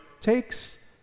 takes